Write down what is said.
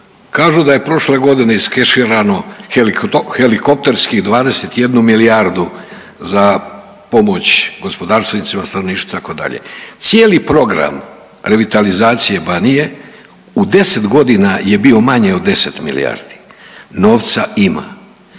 Kažu da je prošle godine iskeširano helikopterski 21 milijardu za pomoć gospodarstvenicima, stanovništvu itd., cijeli program revitalizacije Banije u 10 godina je bio manje od 10 milijardi. Novca ima.